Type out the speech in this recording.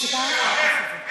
אדוני היושב-ראש, היה שחקן כדורגל.